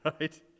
Right